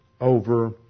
over